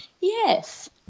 yes